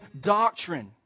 doctrine